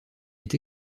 est